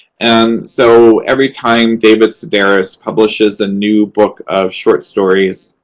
and so, every time david sedaris publishes a new book of short stories,